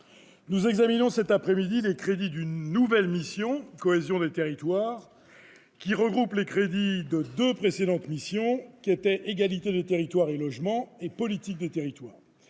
nous examinons cet après-midi les crédits d'une nouvelle mission, « Cohésion des territoires », qui regroupe les crédits de deux précédentes missions, « Égalité des territoires et logement » et « Politique des territoires